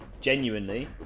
genuinely